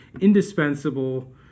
indispensable